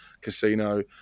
Casino